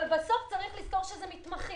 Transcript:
בסוף צריך לזכור שזה מתמחים,